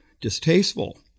distasteful